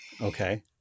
Okay